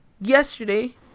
yesterday